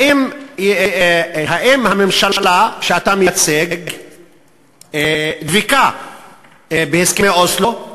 האם הממשלה שאתה מייצג דבקה בהסכמי אוסלו?